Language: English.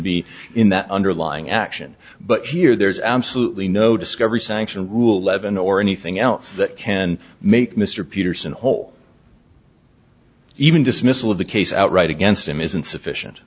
be in that underlying action but here there is absolutely no discovery sanction rule eleven or anything else that can make mr peterson whole even dismissal of the case outright against him is insufficient